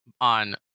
on